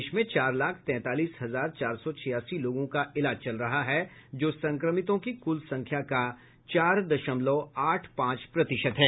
देश में चार लाख तैंतालीस हजार चार सौ छियासी लोगों का इलाज चल रहा है जो संक्रमितों की कुल संख्या का चार दशमलव आठ पांच प्रतिशत है